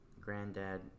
granddad